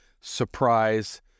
surprise